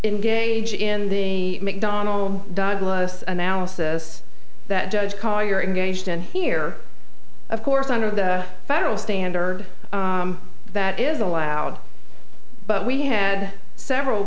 engage in the mcdonnell douglas analysis that judge call you're engaged in here of course under the federal standard that is allowed but we had several